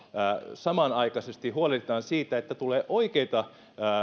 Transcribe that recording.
samanaikaisesti huolehditaan siitä että tulee oikeita